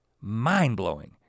mind-blowing